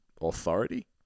authority